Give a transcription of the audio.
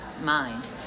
mind